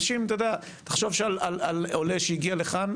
תחשוב על עולה שהגיע לכאן,